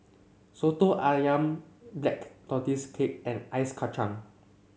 Soto ayam Black Tortoise Cake and Ice Kachang